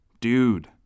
Dude